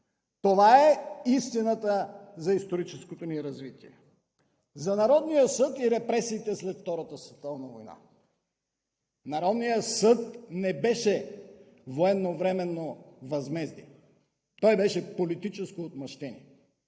Това е истината за историческото ни развитие! За Народния съд и репресиите след Втората световна война. Народният съд не беше военновременно възмездие – той беше политическо отмъщение,